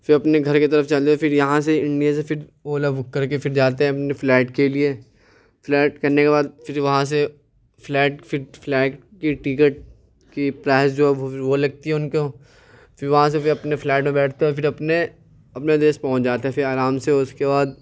پھر اپنے گھر کی طرف چل دیے پھر یہاں سے انڈیا سے پھر اولا بک کر کے پھر جاتے ہیں اپنے فلائٹ کے لیے فلائٹ کرنے کے بعد پھر وہاں سے فلائٹ فلائٹ کے ٹکٹ کی پرائز جو وہ لگتی ہے ان کو پھر وہاں سے پھر اپنے فلائٹ میں بیٹھتے ہیں اور پھر اپنے اپنے دیش پہنچ جاتے ہیں پھر آرام سے اس کے بعد